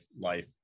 life